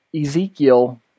Ezekiel